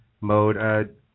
mode